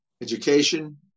education